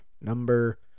Number